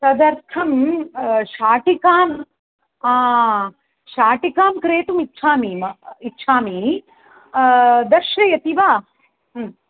तदर्थं शाटिकां हा शाटिकां क्रेतुम् इच्छामि म इच्छामि दर्शयति वा